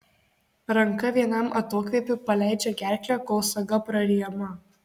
ranka vienam atokvėpiui paleidžia gerklę kol saga praryjama